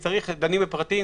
דנים בפרטים,